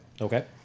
Okay